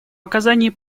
оказании